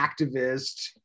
activist